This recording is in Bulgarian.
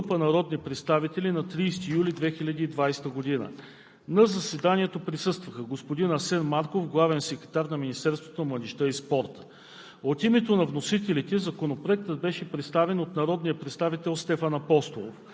№ 054-01-83, внесен от Стефан Апостолов и група народни представители на 30 юли 2020 г. На заседанието присъства господин Асен Марков – главен секретар на Министерството на младежта и спорта.